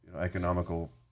economical